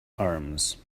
arms